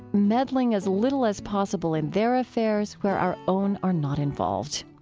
meddling as little as possible in their affairs where our own are not involved.